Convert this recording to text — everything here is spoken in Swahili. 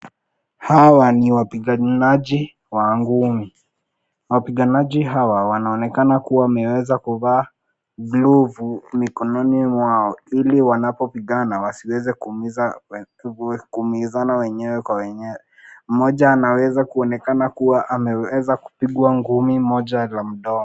Hawa ni wapiganaji wa ngumi, wapiganaji hawa wanaonekana kuwa wameweza kuvaa glovu mikononi mwao iliwanapo pigana wasiweze kuumizana wenyewe kwa wenyewe, mmoja anaweza kuonekana kuwa ameweza kupigwa ngumi moja la mdomo.